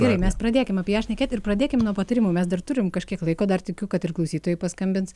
gerai mes pradėkim apie ją šnekėti ir pradėkim nuo patarimų mes dar turim kažkiek laiko dar tikiu kad ir klausytojai paskambins